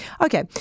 Okay